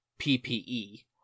PPE